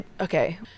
Okay